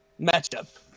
Matchup